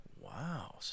Wow